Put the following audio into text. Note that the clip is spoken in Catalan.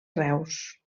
reus